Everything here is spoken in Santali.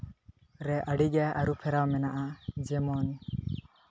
ᱨᱮ ᱟᱹᱰᱤᱜᱮ ᱟᱹᱨᱩ ᱯᱷᱮᱨᱟᱣ ᱢᱮᱱᱟᱜᱼᱟ ᱡᱮᱢᱚᱱ